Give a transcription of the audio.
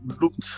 Looked